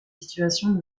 situations